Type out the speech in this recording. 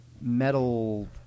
metal